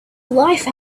life